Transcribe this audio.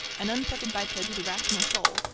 an unfeathered biped with a rational soul,